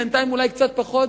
בינתיים אולי קצת פחות,